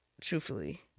truthfully